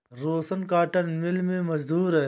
रोशन cotton mill में मजदूर है